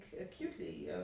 acutely